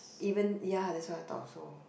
even ya that's what I thought also